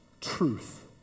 truth